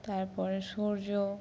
তারপরে সূর্য